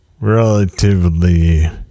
relatively